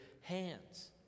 hands